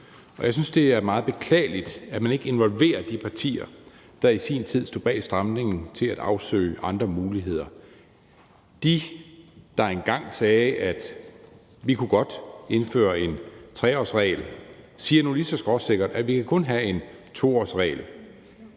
og jeg synes, det er meget beklageligt, at man ikke involverer de partier, der i sin tid stod bag stramningen, til at afsøge andre muligheder. De, der engang sagde, at man godt kunne indføre en 3-årsregel, siger nu lige så skråsikkert, at man kun kan have en 2-årsregel.